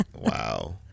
Wow